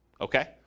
okay